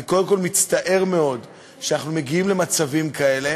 אני קודם כול מצטער מאוד שאנחנו מגיעים למצבים כאלה,